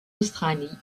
australie